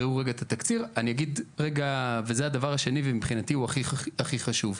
הדבר השני ומבחינתי הוא הכי חשוב,